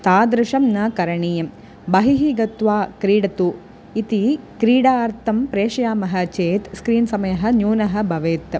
तादृशं न करणीयं बहिः गत्वा क्रीडतु इति क्रीडार्थं प्रेषयामः चेत् स्क्रीन् समयः न्यूनः भवेत्